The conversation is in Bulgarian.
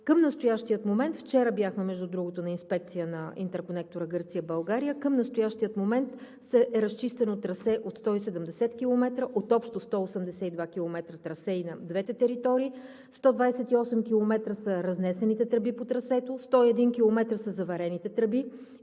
другото, вчера бяхме на инспекция на интерконектора Гърция – България. Към настоящия момент е разчистено трасе от 170 км от общо 182 км трасе и на двете територии, 128 км са разнесените тръби по трасето, 101 км са заварените тръби